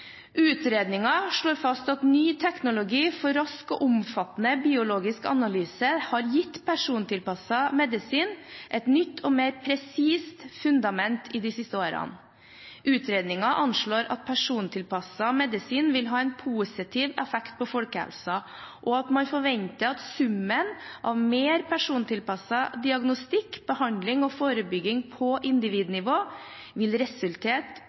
slår fast at ny teknologi for rask og omfattende biologisk analyse har gitt persontilpasset medisin et nytt og mer presist fundament de siste årene. Utredningen anslår at persontilpasset medisin vil ha en positiv effekt på folkehelsen, og at man forventer at summen av mer pasienttilpasset diagnostikk, behandling og forebygging på individnivå vil